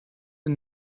the